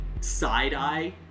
side-eye